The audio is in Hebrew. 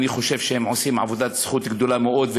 אני חושב שהם עושים עבודת זכות גדולה מאוד,